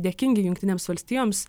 dėkingi jungtinėms valstijoms